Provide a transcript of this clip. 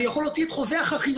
אני יכול להוציא את חוזה החכירה.